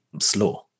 slow